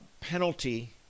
penalty